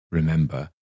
remember